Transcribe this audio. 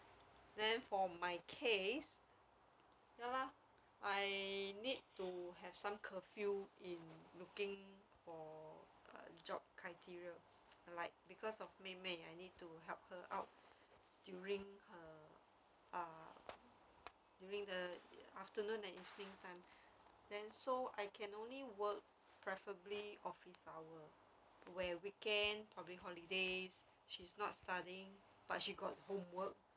then for my case ya lah I need to have some curfew in looking for a job criteria like because of 妹妹 I need to help her out during her ah during the afternoon and evening time then so I can only work preferably office hour where weekends public holidays she's not studying but she got homework